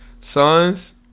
Sons